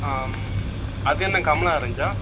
அது என்ன கமலா ஆரஞ்சா